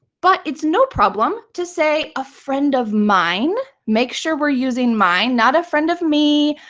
but it's no problem to say a friend of mine. make sure we're using mine, not a friend of me,